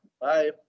Bye